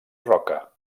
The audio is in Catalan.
roca